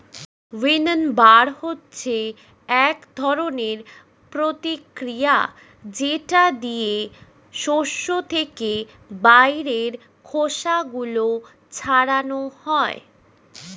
উইন্নবার হচ্ছে এক ধরনের প্রতিক্রিয়া যেটা দিয়ে শস্য থেকে বাইরের খোসা গুলো ছাড়ানো হয়